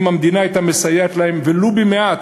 אם המדינה הייתה מסייעת ולו במעט,